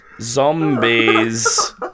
Zombies